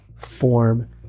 form